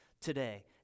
today